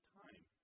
time